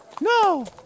No